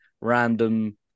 random